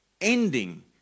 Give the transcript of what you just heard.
Ending